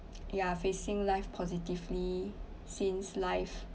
ya facing life positively since life